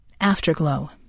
Afterglow